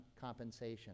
Compensation